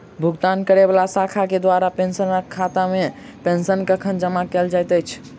भुगतान करै वला शाखा केँ द्वारा पेंशनरक खातामे पेंशन कखन जमा कैल जाइत अछि